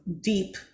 deep